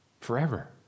forever